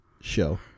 show